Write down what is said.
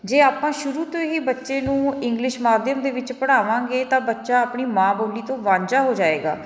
ਜੇ ਆਪਾਂ ਸ਼ੁਰੂ ਤੋਂ ਹੀ ਬੱਚੇ ਨੂੰ ਇੰਗਲਿਸ਼ ਮਾਧਿਅਮ ਦੇ ਵਿੱਚ ਪੜਾਵਾਂਗੇ ਤਾਂ ਬੱਚਾ ਆਪਣੀ ਮਾਂ ਬੋਲੀ ਤੋਂ ਵਾਂਝਾ ਹੋ ਜਾਵੇਗਾ